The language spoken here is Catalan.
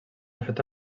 feta